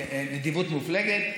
נדיבות מופלגת,